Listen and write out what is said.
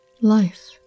life